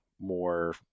more